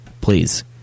please